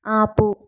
ఆపు